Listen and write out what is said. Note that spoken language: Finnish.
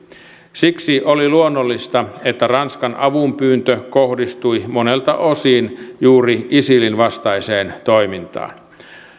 siksi oli luonnollista että ranskan avunpyyntö kohdistui monelta osin juuri isilin vastaiseen toimintaan